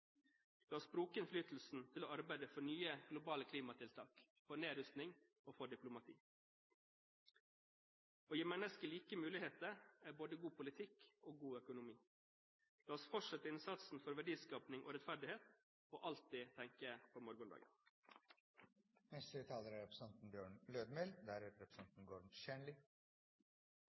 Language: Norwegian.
La oss bruke innflytelsen til å arbeide for nye globale klimatiltak, for nedrustning og for diplomati. Å gi mennesker like muligheter er både god politikk og god økonomi. La oss fortsette innsatsen for verdiskaping og rettferdighet, og alltid tenke på morgendagen. Høgre er